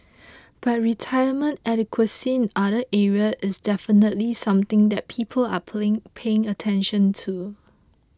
but retirement adequacy in other area is definitely something that people are playing paying attention to